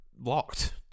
locked